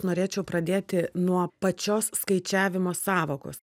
norėčiau pradėti nuo pačios skaičiavimo sąvokos